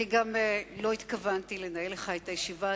אני לא התכוונתי לנהל לך את הישיבה.